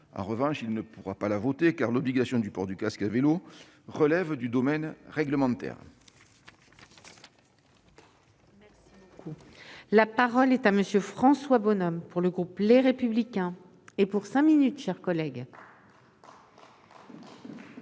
Bonneau, il ne pourra cependant pas la voter, car l'obligation du port du casque à vélo relève du domaine réglementaire.